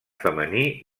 femení